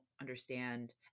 understand